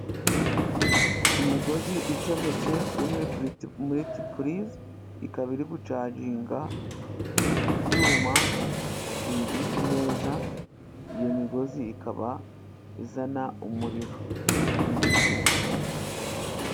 Imigozi icometse kuri miritipurize, ikaba iri gucaginga icyuma iri ku meza, iyo migozi ikaba izana umuriro muri icyo cyuma.